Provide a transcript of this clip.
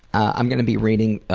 i'm going to be reading